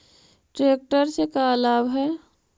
Tractor से का लाभ है?